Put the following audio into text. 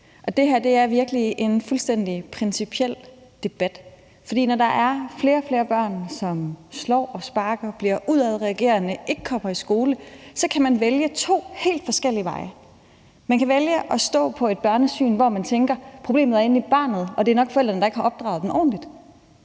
og det her er virkelig en fuldstændig principiel debat. For når der er flere og flere børn, som slår, sparker, bliver udadreagerende og ikke kommer i skole, kan man vælge to helt forskellige veje. Man kan vælge at stå på et børnesyn, hvor man tænker, at problemet er inde i barnet, at det nok er forældrene, der ikke er opdraget dem ordentligt,